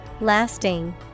Lasting